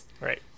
Right